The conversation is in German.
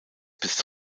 bis